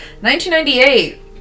1998